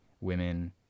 women